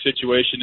situation